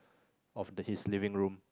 of the his living room